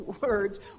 words